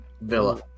Villa